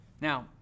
Now